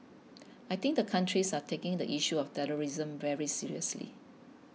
I think the countries are taking the issue of terrorism very seriously